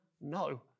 No